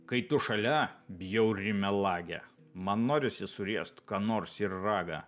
kai tu šalia bjauri melage man norisi suriest ką nors ir ragą